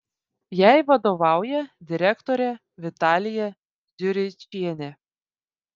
jai vadovauja direktorė vitalija dziuričienė